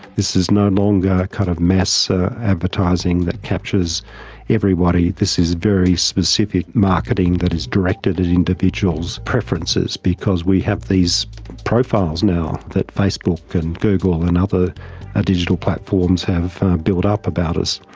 this is no longer kind of mass advertising that captures everybody. this is very specific marketing that is directed at individuals' preferences because we have these profiles now that facebook and google and other ah digital platforms have built up about us.